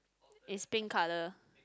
is pink colour